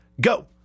go